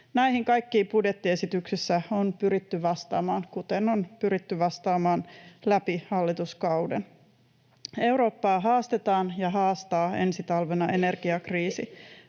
Näihin kaikkiin budjettiesityksessä on pyritty vastaamaan, kuten on pyritty vastaamaan läpi hallituskauden. Eurooppaa haastetaan ja haastaa ensi talvena energiakriisi.